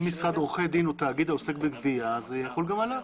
אם משרד עורכי דין הוא תאגיד העוסק בגבייה אז זה יחול גם עליו.